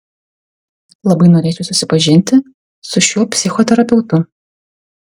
labai norėčiau susipažinti su šiuo psichoterapeutu